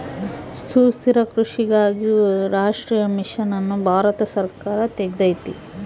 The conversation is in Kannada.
ಸುಸ್ಥಿರ ಕೃಷಿಗಾಗಿ ರಾಷ್ಟ್ರೀಯ ಮಿಷನ್ ಅನ್ನು ಭಾರತ ಸರ್ಕಾರ ತೆಗ್ದೈತೀ